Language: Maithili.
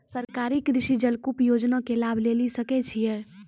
सरकारी कृषि जलकूप योजना के लाभ लेली सकै छिए?